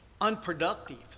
unproductive